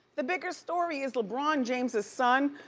the bigger story is lebron james's son,